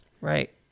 Right